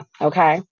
okay